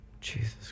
Jesus